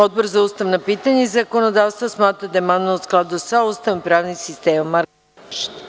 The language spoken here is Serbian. Odbor za ustavna pitanja i zakonodavstvo smatra da je amandman u skladu sa Ustavom i pravnim sistemom.